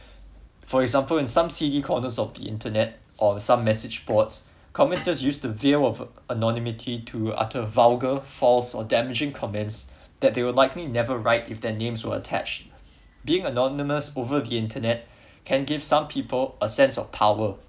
for example in some C_D corners of the internet or some message boards commenter's used the veil of anonymity to utter vulgar false or damaging comments that they would likely never write if their names were attached being anonymous over the internet can give some people a sense of power